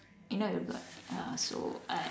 you know it'll be like uh so I